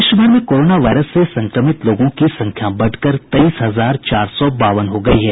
देश भर में कोरोना वायरस से संक्रमित लोगों की संख्या बढ़कर तेईस हजार चार सौ बावन हो गयी है